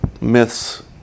myths